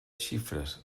xifres